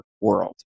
world